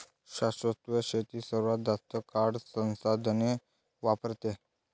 शाश्वत शेती सर्वात जास्त काळ संसाधने वापरते